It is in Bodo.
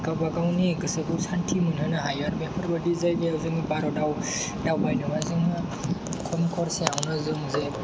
गाबागावनि गोसोखौ शान्ति मोनहोनो हायो बेफोरबायदि जायगायाव जोंनि भारताव दावबायनोबा जोङो खम खरसायावनो जों जे